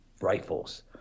rifles